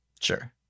Sure